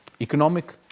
economic